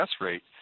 rate